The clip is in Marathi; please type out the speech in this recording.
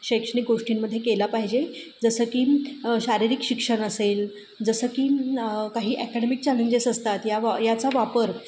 शैक्षणिक गोष्टींमध्ये केला पाहिजे जसं की शारीरिक शिक्षण असेल जसं की काही अकॅडमिक चॅलेंजेस असतात या वा याचा वापर